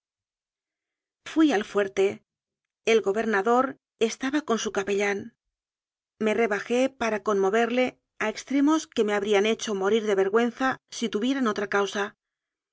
fui al fuerte el gobernador estaba con su ca pellán me rebajé para conmoverle a extremos que me habrían hecho morir de vergüenza si tu vieran otra causa